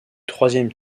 troisième